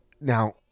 now